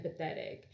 empathetic